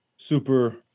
Super